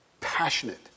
passionate